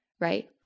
right